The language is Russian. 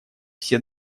все